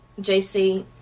JC